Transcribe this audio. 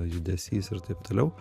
judesys ir taip toliau